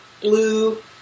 blue